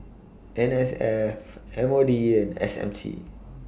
N S F M O D and S M C